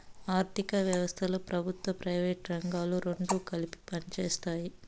ఆర్ధిక వ్యవస్థలో ప్రభుత్వం ప్రైవేటు రంగాలు రెండు కలిపి పనిచేస్తాయి